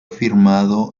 firmado